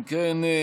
אם כן,